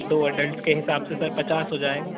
दो अडल्ट के हिसाब से सर पचास हो जाएगा